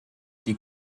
die